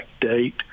date